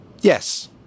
Yes